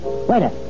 Waiter